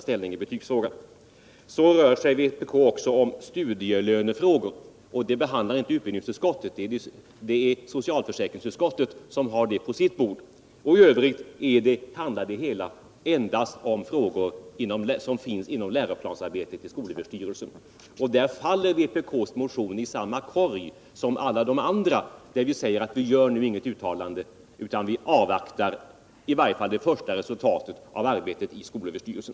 Vpk tar också upp frågor om studielön, men dessa behandlas inte av utbildningsutskottet, utan det är socialförsäkringsutskottet som har dem på sitt bord. I övrigt handlar det endast om frågor som tillhör läroplansarbetet i skolöverstyrelsen, och där faller vpk:s motion i samma korg som alla de andra. Vi säger i utskottet att vi gör inget uttalande nu, utan vi avvaktar i varje fall det första resultatet av arbetet i skolöverstyrelsen.